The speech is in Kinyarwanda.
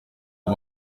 aya